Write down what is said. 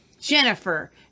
Jennifer